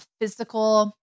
physical